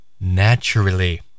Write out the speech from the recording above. naturally